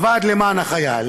האגודה למען החייל